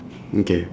mm K